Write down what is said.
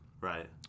Right